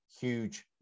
huge